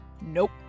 Nope